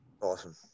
Awesome